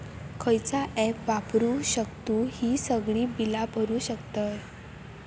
खयचा ऍप वापरू शकतू ही सगळी बीला भरु शकतय?